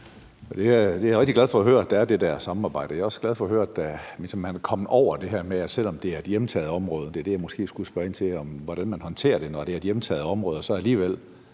rigtig glad for at høre, at der er det samarbejde, og jeg er også glad for at høre, at man ligesom er kommet over det her med, at selv om det er et hjemtaget område – og det